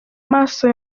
maso